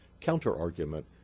counter-argument